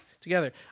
Together